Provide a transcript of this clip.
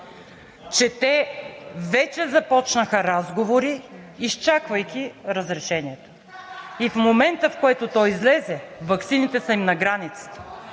че те вече започнаха разговори, изчаквайки разрешението, и в момента, в който то излезе, ваксините са им на границата.